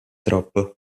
troppo